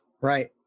Right